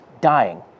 dying